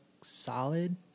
solid